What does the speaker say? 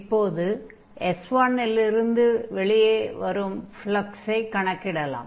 இப்போது S1 லிருந்து வெளியே வரும் ஃப்லக்ஸை கணக்கிடலாம்